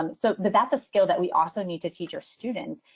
um so but that's a skill that we also need to teach our students.